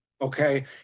Okay